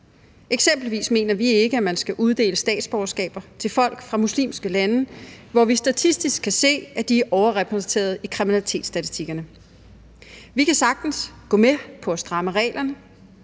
Eksempelvis mener vi ikke, at man skal uddele statsborgerskaber til folk fra muslimske lande, hvor vi statistisk kan se, at de er overrepræsenteret i kriminalitetsstatistikkerne. Vi kan sagtens gå med på at stramme reglerne,